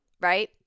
right